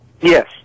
Yes